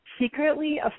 secretly